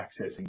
accessing